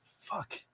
Fuck